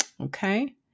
okay